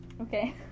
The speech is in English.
Okay